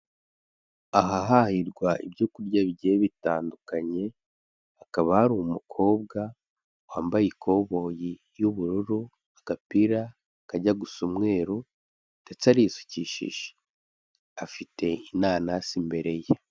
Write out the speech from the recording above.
Ahahahirwa ibyo kurya bigiye bitandukanye, hakaba hari umukobwa, wambaye ikoboyi y'ubururu, agapira kajya gusa umweru ndetse arisukishije, afite inanasi imbere ye.